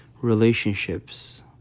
relationships